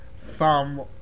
thumb